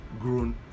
grown